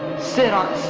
sit on